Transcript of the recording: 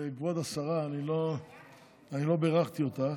כבוד השרה, אני לא בירכתי אותך.